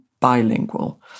bilingual